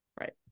right